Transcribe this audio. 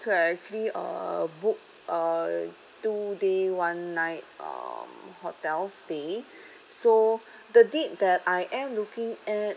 to actually uh book uh two day one night um hotel stay so the date that I am looking at